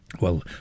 Well